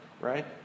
right